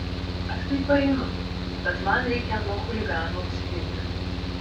aš tai paeinu bet man reikia nuo chuliganų apsiginti